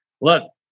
Look